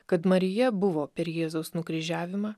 kad marija buvo per jėzaus nukryžiavimą